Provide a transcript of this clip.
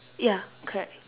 ya correct